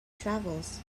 travels